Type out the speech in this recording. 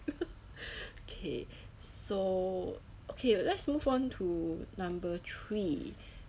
K so okay let's move on to number three